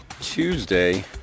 Tuesday